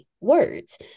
words